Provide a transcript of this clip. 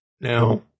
now